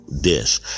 dish